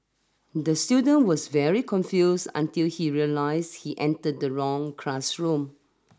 the student was very confused until he realised he entered the wrong classroom